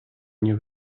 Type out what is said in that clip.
nie